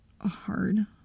hard